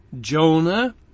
Jonah